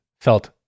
felt